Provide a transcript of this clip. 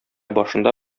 башында